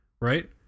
right